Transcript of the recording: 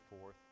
forth